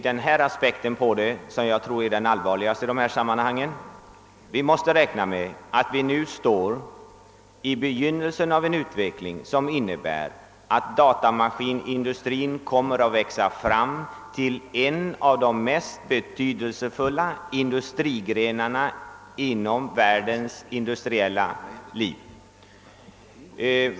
Den aspekt som jag betraktar som den väsentliga i detta sammanhang är att vi sannolikt befinner oss i begynnelsen av en utveckling som kommer att göra datamaskinindustrin till en av de mest betydelsefulla industrigrenarna i världens industriella liv.